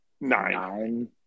Nine